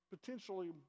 potentially